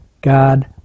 God